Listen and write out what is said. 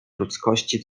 ludzkości